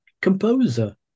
composer